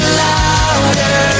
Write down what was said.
louder